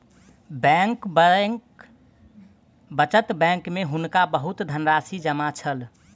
बचत बैंक में हुनका बहुत धनराशि जमा छल